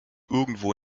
irgendwo